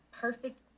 perfect